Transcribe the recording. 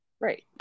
Right